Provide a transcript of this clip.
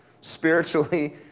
spiritually